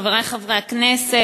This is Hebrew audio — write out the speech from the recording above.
חברי חברי הכנסת,